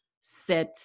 sit